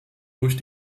durch